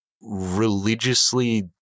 religiously